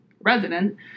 resident